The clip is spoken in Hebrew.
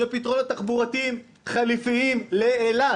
שיהיו פתרונות תחבורתיים חליפיים לאילת